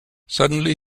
suddenly